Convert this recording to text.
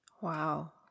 Wow